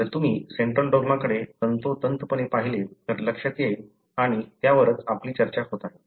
जर तुम्ही सेंट्रल डॉग्माकडे तंतोतंतपणे पहिले तर लक्षात येईल आणि त्यावरच आपली चर्चा होत आहे